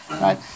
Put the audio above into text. right